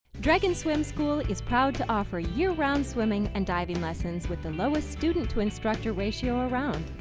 dragon swim school is proud to offer year round swimming and diving lessons with the lowest student to instructor ratio around.